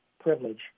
privilege